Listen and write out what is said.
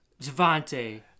Javante